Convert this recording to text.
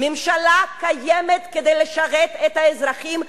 ממשלה קיימת כדי לשרת את האזרחים.